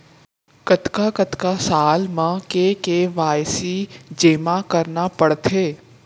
कतका कतका साल म के के.वाई.सी जेमा करना पड़थे?